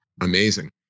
Amazing